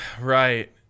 Right